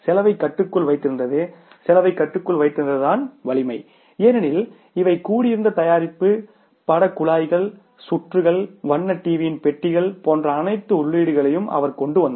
செலவைக் கட்டுக்குள் வைத்திருந்தது செலவைக் கட்டுக்குள் வைத்திருந்தது தான் வலிமை ஏனெனில் இவை கூடியிருந்த தயாரிப்பு படக் குழாய்கள் சுற்றுகள் வண்ண டிவியின் பெட்டிகளும் போன்ற அனைத்து உள்ளீடுகளையும் அவர் கொண்டு வந்தார்